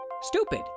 Stupid